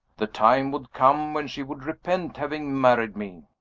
the time would come when she would repent having married me.